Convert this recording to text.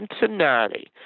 Cincinnati